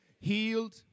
healed